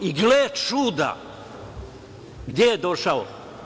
I, gle čuda, gde je došao?